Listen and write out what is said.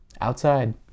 outside